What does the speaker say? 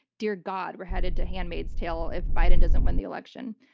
dear god, we're headed to handmaid's tale if biden doesn't win the election.